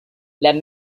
that